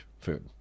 food